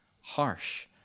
harsh